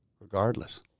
regardless